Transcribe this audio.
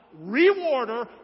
Rewarder